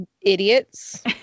Idiots